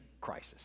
crisis